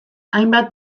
hainbat